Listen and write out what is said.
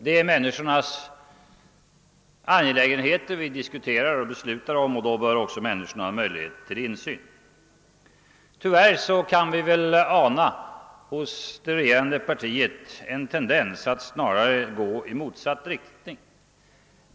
Det är människornas angelägenheter vi diskuterar och beslutar om, och då bör också människorna ha möjlighet till insyn. Tyvärr kan vi hos det regerande partiet ana en tendens att snarare gå i motsatt riktning.